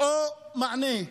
או מענה.